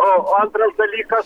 o an dalykas